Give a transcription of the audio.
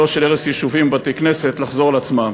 לא של הרס יישובים ובתי-כנסת, חוזרות על עצמן.